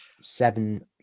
seven